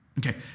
Okay